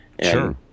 Sure